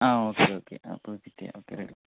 ആ okay okay അപ്പം set ചെയ്യാം ഒക്കെ വരും